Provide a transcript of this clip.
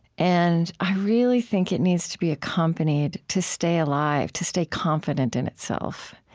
and i really think it needs to be accompanied to stay alive, to stay confident in itself.